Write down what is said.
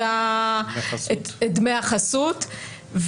דמי החסות.